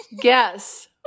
guess